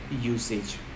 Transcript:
usage